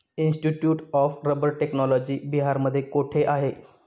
Institute of rubber technology बिहारमध्ये कोठे आहे?